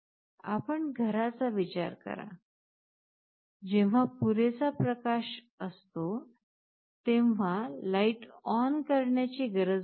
आपण घराचा विचार करा जेव्हा पुरेसा प्रकाश आटो तेव्हा लाईट ऑन करण्याची गरज नसते